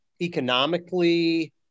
economically